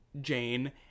Jane